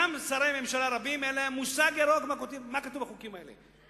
גם לשרי ממשלה רבים אין מושג ירוק מה כתוב בחוקים האלה,